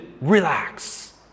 relax